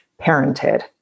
parented